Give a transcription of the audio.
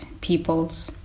peoples